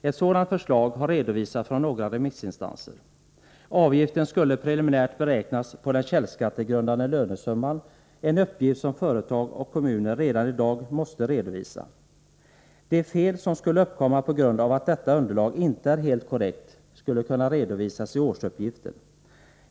Ett sådant förslag har redovisats från några remissinstanser. Avgiften skulle preliminärt beräknas på den källskattegrundande lönesumman, en uppgift som företag och kommuner redan i dag måste redovisa. De ”fel” som skulle uppkomma på grund av att detta underlag inte är helt korrekt skulle kunna redovisas i årsuppgiften.